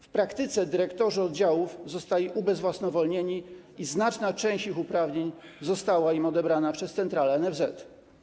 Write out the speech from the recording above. W praktyce dyrektorzy oddziałów zostali ubezwłasnowolnieni i znaczna część ich uprawnień została im odebrana przez Centralę NFZ.